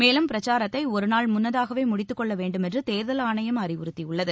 மேலும் பிரச்சாரத்தை ஒருநாள் முன்னதாகவே முடித்துக்கொள்ள வேண்டுமென்று தேர்தல் ஆணையம் அறிவுறுத்தியுள்ளது